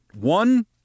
One